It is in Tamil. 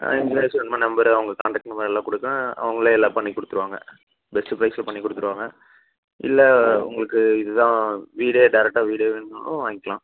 ஆ இன்ஜினியர்ஸு இந்த மாதிரி நம்பரு அவங்க காண்டெக்ட் நம்பரெல்லாம் கொடுக்கறேன் அவங்களே எல்லாம் பண்ணி கொடுத்துருவாங்க பெஸ்ட்டு ப்ரைஸில் பண்ணிக் கொடுத்துருவாங்க இல்லை உங்களுக்கு இது தான் வீடே டேரெக்டாக வீடே வேணுன்னாலும் வாங்கலாம்